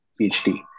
PhD